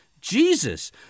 Jesus